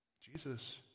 Jesus